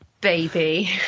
baby